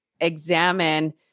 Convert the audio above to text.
examine